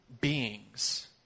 beings